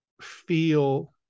feel